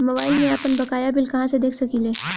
Mobile में आपनबकाया bill कहाँसे देख सकिले?